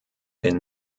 den